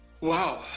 Wow